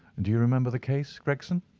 do you remember the case, gregson?